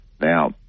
now